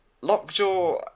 Lockjaw